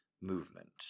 movement